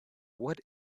what